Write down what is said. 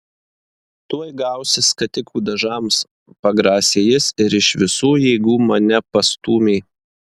tuoj gausi skatikų dažams pagrasė jis ir iš visų jėgų mane pastūmė